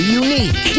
unique